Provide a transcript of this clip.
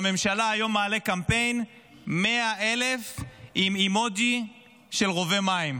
בממשלה היום מעלה קמפיין 100,000 עם אימוג'י של רובה מים.